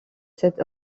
cet